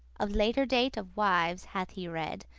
of later date of wives hath he read,